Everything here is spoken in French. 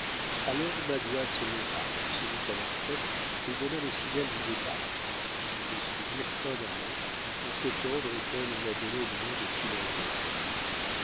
alors magua se leva se mit à leur tête et donna le signal du départ ils le suivirent un à un dans cet ordre auquel on a donné le nom de